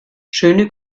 schöne